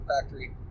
factory